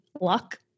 luck